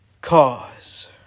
cause